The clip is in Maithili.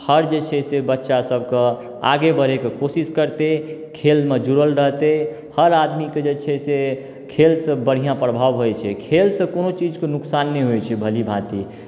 हर जे छै से बच्चा सबके आगे बढ़ै कऽ कोशिश करतै खेलमे जुड़ल रहतै हर आदमीके जे छै से खेलसँ बढ़िआँ प्रभाव होइत छै खेलसँ कोनो चीजके नुकसान नहि होइत छै भली भाँति